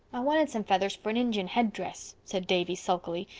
i wanted some feathers for an injun headdress, said davy sulkily.